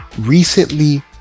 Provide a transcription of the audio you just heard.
recently